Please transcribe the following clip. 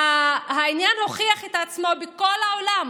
העניין הוכיח את עצמו בכל העולם.